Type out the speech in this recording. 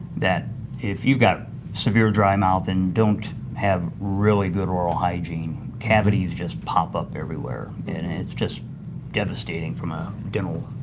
if you've got severe dry mouth and don't have really good oral hygiene, cavities just pop up everywhere and it's just devastating from a dental